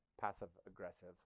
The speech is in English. passive-aggressive